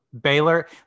Baylor